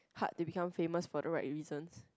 hard to become famous for the right reason